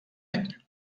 any